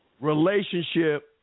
relationship